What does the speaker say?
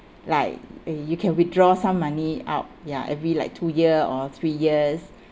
like uh you can withdraw some money out ya every like two year or three years